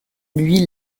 lui